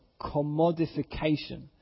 commodification